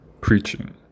preaching